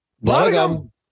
Welcome